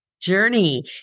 journey